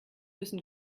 müssen